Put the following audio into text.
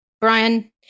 Brian